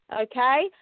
okay